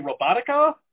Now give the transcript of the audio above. Robotica